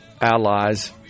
allies